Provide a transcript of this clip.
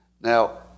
Now